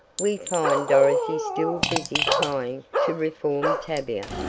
we find dorothy still busy trying to reform tavia,